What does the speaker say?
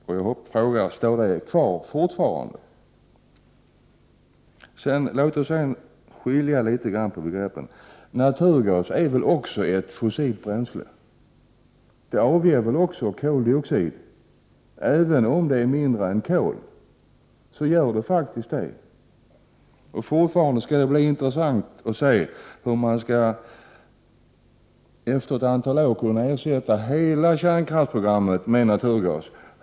Jag frågar: Står detta fortfarande kvar? Låt oss sedan skilja litet på begreppen. Också naturgas är väl ett fossilt bränsle? Också en naturgas avger faktiskt koldioxid, även om mängderna är mindre än för kol. Fortfarande skall det bli intressant att se hur man skall kunna efter ett antal år ersätta hela kärnkraftsprogrammet med naturgas.